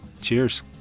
Cheers